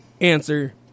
answer